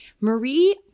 Marie